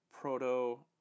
Proto